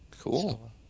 Cool